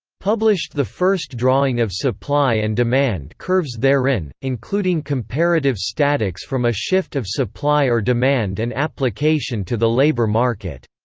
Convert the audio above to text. published the first drawing of supply and demand curves therein, including comparative statics from a shift of supply or demand and application to the labor market.